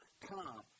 come